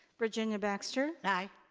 virginia baxter. aye.